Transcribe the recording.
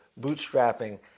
bootstrapping